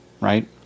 Right